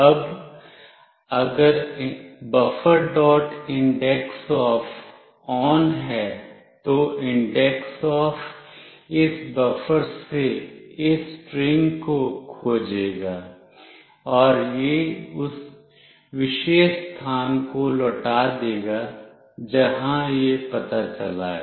अब अगर bufferindexOf ON है तो indexOf इस बफर से इस स्ट्रिंग को खोजेगा और यह उस विशेष स्थान को लौटा देगा जहां यह पता चला है